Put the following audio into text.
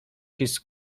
his